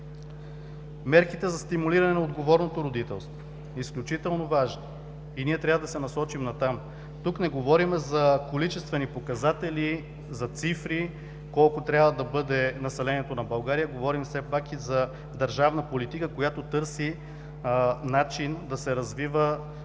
Мерките за стимулиране на отговорното родителство са изключително важни и ние трябва да се насочим натам. Тук не говорим за количествени показатели, за цифри – колко трябва да бъде населението на България, говорим все пак и за държавна политика, която търси начин да се развива